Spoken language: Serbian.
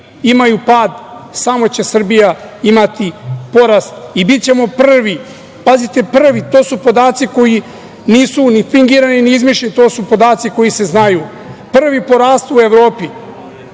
imaju pad, samo će Srbija imati poraz i bićemo prvi, pazite, prvi, to su podaci koji nisu ni fingirani, ni izmišljeni, to su podaci koji se znaju, prvi po rastu u Evropi.